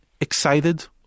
excited